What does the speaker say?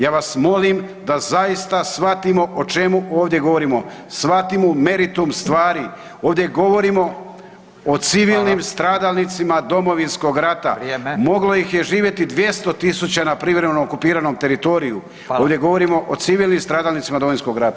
Ja vas molim da zaista shvatimo o čemu ovdje govorimo, shvatimo meritum stvari. ovdje govorimo o civilnim stradalnicima Domovinskog rata [[Upadica Radin: Hvala, vrijeme.]] moglo ih je živjeti 200.000 na privremeno okupiranom teritoriju, ovdje govorimo o civilnim stradalnicima Domovinskog rata.